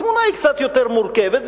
התמונה היא קצת יותר מורכבת,